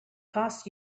costs